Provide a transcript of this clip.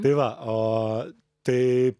tai va o tai